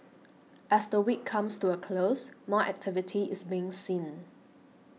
as the week comes to a close more activity is being seen